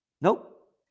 Nope